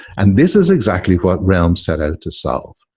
and this is exactly what realm set out to solve.